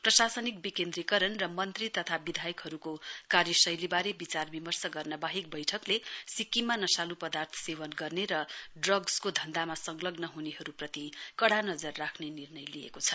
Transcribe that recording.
प्रशासनिक विकेन्द्रीयकरण र मन्त्री तथा विधायकहरूको कार्यशैलीबारे वितारविमर्श गर्न बाहेक बैठकले सिक्किममा नशालुपर्दार्थ सेवन गर्ने ड्रग्सको धन्धामा संलग्न हुनेहरूप्रति कडा नजर राख्ने निर्णय लिएको छ